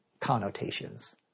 connotations